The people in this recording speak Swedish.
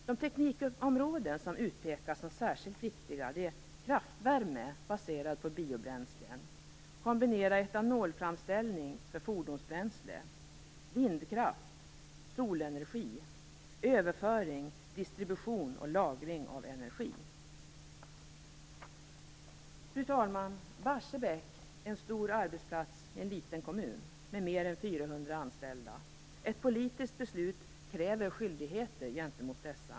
De teknikområden som utpekas som särskilt viktiga är: Fru talman! Barsebäck är en stor arbetsplats i en liten kommun och har mer än 400 anställda. Ett politiskt beslut kräver skyldigheter gentemot dessa.